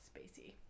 spacey